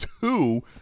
two